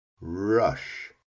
Rush